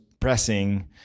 pressing